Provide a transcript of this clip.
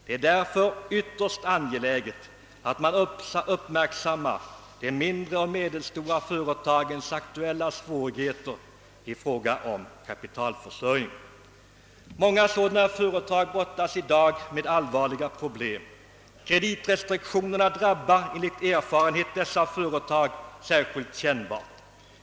Det är därför ytterst angeläget att man uppmärksammar de mindre och medelstora företagens aktuella svårigheter i fråga om kapitalförsörjning. Många sådana företag brottas i dag med allvarliga problem. Kreditrestriktionerna drabbar enligt erfarenhet dessa företag särskilt kännbart.